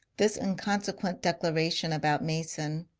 this inconsequent declaration about mason,